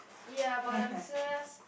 ya but I'm just